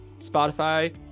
Spotify